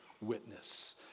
witness